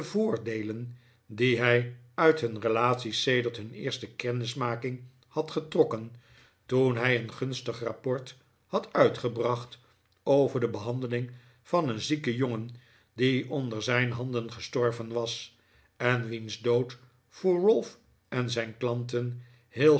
voordeelen die hij uit hun relatie sedert nun eerste kennismaking had getrokken toen hij een gunstig rapport had uitgebracht over de behandeling van een zieken jongen die onder zijn handen gestorven was en wiens dood voor ralph en zijn